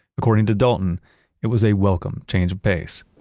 according to dalton it was a welcome change of pace.